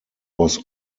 was